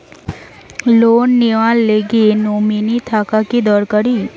Loan নেওয়ার গেলে nominee থাকা কি দরকারী?